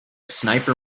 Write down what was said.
sniper